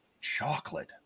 chocolate